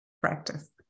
practice